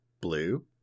Blue